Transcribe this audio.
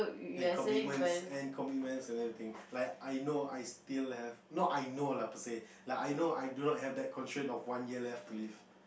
and commitments and commitments and everything like I know I still have not I know lah per say like I know I do not have the constraint of one year left to live